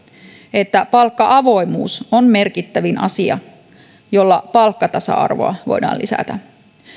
että palkka avoimuus on merkittävin asia jolla palkkatasa arvoa voidaan lisätä